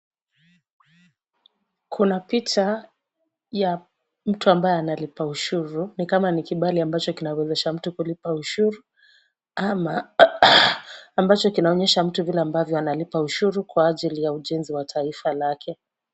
Kuna picha ya mtu ambaye analipa ushuru ni kama ni kibali ambacho kinawezesha mtu kulipa ushuru ama ambacho kinaonyesha mtu vile ambavyo analipa ushuru kwa ajili ya ujenzi wa taifa lake.